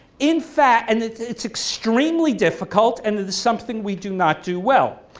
in fact and it's it's extremely difficult and it is something we do not do well.